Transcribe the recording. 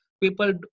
People